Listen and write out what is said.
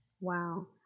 Wow